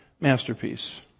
masterpiece